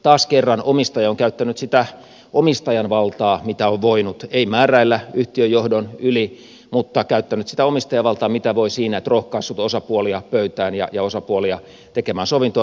taas kerran omistaja on käyttänyt sitä omistajan valtaa mitä on voinut ei määräillyt yhtiön johdon yli mutta käyttänyt sitä omistajavaltaa mitä voi siinä että on rohkaissut osapuolia pöytään ja osapuolia tekemään sovintoa